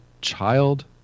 child